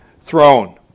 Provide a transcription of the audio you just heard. throne